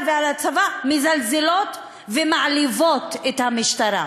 ועל הצבא מזלזלות ומעליבות את המשטרה,